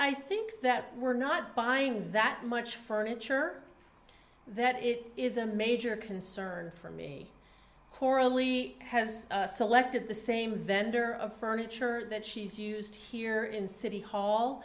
i think that we're not buying that much furniture that it is a major concern for me coralie has selected the same vendor of furniture that she's used here in city hall